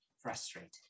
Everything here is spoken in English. frustrated